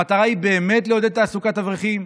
המטרה היא באמת לעודד תעסוקת אברכים?